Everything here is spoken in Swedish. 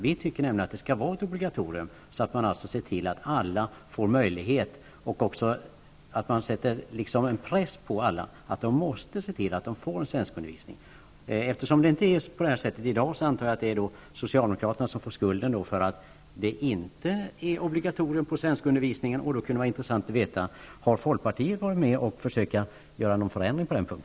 Vi tycker att det skall vara ett obligatorium, så att man ser till att alla invandrare får möjlighet att lära sig svenska och att det också sätts en press på alla invandrare att de måste se till att få svenskundervisning. Eftersom det inte är på detta sätt i dag, antar jag att det är socialdemokraterna som får skulden för att svenskundervisningen inte är ett obligatorium. Därför vore det intressant att få veta om folkpartiet har försökt åstadkomma någon förändring på denna punkt.